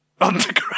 Underground